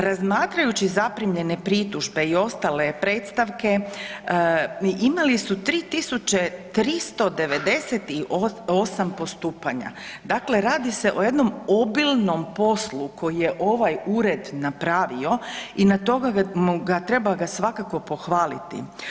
Razmatrajući zaprimljene pritužbe i ostale predstavke imali su 3398 postupanja, dakle radi se o jednom obilnom poslu koji je ovaj ured napravio i za to treba ga svakako pohvaliti.